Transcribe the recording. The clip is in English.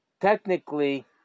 technically